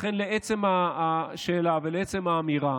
לכן, לעצם השאלה והאמירה